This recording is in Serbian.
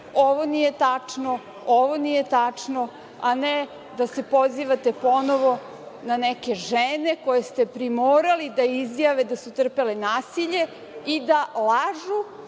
ovo nije tačno, ovo nije tačno, a ne da se pozivate ponovo na neke žene koje ste primorali da izjave da su trpele nasilje i da lažu